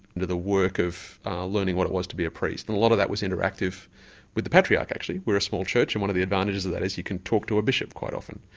the work of learning what it was to be a priest. and a lot of that was interactive with the patriarch actually. we're a small church and one of the advantages of that is you can talk to a bishop quite often.